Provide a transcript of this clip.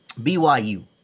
BYU